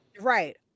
Right